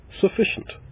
sufficient